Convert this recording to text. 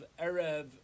erev